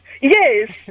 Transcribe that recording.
yes